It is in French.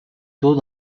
tôt